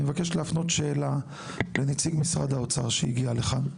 אני מבקש להפנות שאלה לנציג משרד האוצר שהגיע לכאן,